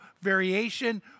variation